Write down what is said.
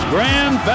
Grand